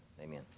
amen